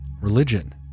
Religion